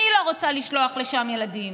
אני לא רוצה לשלוח לשם ילדים.